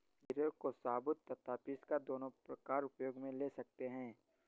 जीरे को साबुत तथा पीसकर दोनों प्रकार उपयोग मे ले सकते हैं